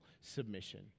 submission